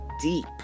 deep